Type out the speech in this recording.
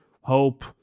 hope